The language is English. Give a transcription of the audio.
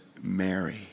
Mary